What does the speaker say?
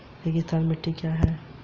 रेगिस्तानी मिट्टी क्या है?